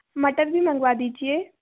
मटर भी मंगवा दीजिए